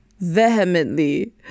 vehemently